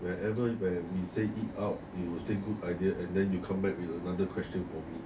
wherever when we say eat out you will say good idea and then you come back with another question for me